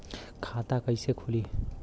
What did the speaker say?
खाता कईसे खुली?